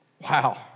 Wow